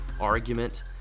argument